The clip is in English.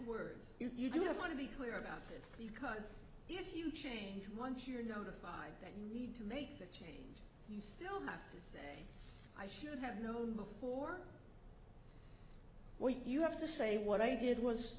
words you don't want to be clear about this because if you change once you're notified that you need to make that change you still have to say i should have known before what you have to say what i did was